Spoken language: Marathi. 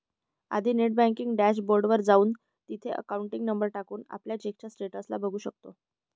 आधी नेट बँकिंग डॅश बोर्ड वर जाऊन, तिथे अकाउंट नंबर टाकून, आपल्या चेकच्या स्टेटस ला बघू शकतो